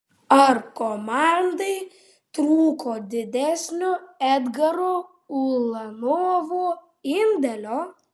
ar komandai trūko didesnio edgaro ulanovo indėlio